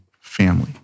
family